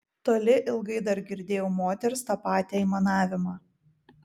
toli ilgai dar girdėjau moters tą patį aimanavimą